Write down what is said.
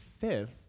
fifth